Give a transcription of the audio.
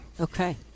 Okay